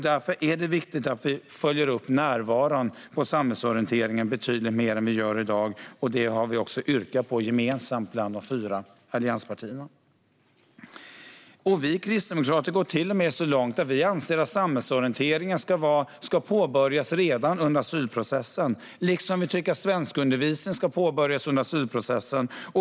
Därför är det viktigt att vi följer upp närvaron på samhällsorienteringen betydligt mer än vi gör i dag. Det har de fyra allianspartierna lagt fram ett gemensamt yrkande om. Vi kristdemokrater går till och med så långt att vi anser att samhällsorientering ska påbörjas redan under asylprocessen, liksom vi tycker att svenskundervisning ska påbörjas under asylprocessen.